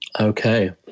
Okay